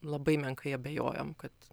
labai menkai abejojom kad